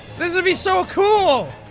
this would be so cool!